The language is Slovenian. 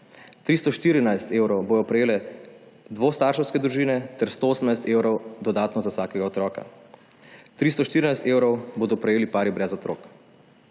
314 evrov bodo prejele dvostarševske družine ter 118 evrov dodatno za vsakega otroka. 3l4 evrov bodo prejeli pari brez otrok.